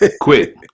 Quit